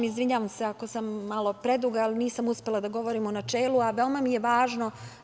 Izvinjavam se ako sam malo preduga, jer nisam uspela da govorim u načelu, a veoma mi je važno.